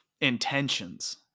intentions